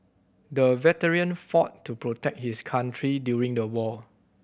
the veteran fought to protect his country during the war